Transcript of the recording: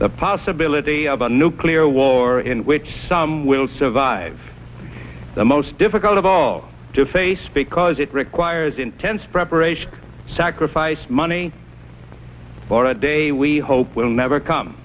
third possibility of a nuclear war in which some will survive the most difficult of all to face because it requires intense preparation sacrifice money or a day we hope will never come